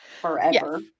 forever